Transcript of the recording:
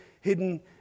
hidden